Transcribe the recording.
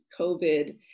COVID-